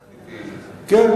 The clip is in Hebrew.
אובמה.